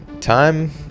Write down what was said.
time